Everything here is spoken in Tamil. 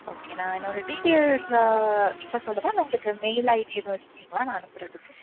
ஓகே நான் என்னோடய டீட்டெல்ஸ்ஸை இப்போ சொல்லவா இல்லை உங்களுக்கு மெயில் ஐடி எதுவும் வச்சிருக்கீங்களா நான் அனுப்புகிறதுக்கு